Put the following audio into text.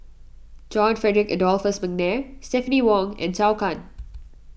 John Frederick Adolphus McNair Stephanie Wong and Zhou Can